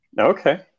Okay